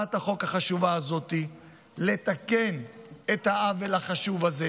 בהצעת החוק החשובה הזאת ולתקן את העוול הזה.